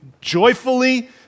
joyfully